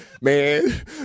man